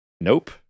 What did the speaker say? Nope